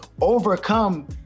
overcome